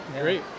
great